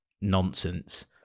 nonsense